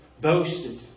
boasted